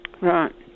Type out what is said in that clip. Right